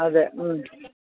അതെ മ്